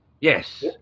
Yes